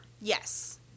yes